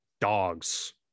dogs